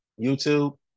YouTube